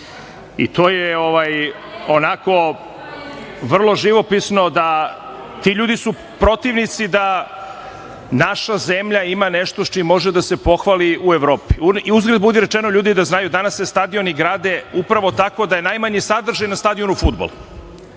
To je onako vrlo živopisno, ti ljudi su protivnici da naša zemlja ima nešto čime može da se pohvali u Evropi. Uzgred budi rečeno, ljudi da znaju, danas se stadioni grade upravo tako da je najmanji sadržaj na stadionu fudbal,